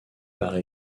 par